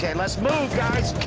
yeah and let's move